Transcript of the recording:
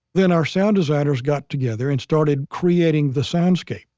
then our sound designers got together and started creating the soundscape,